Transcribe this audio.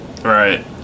Right